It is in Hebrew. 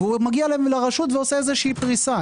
הוא מגיע לרשות ועושה איזושהי פריסה.